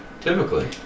Typically